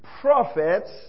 prophets